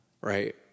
right